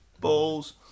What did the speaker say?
Balls